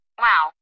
Wow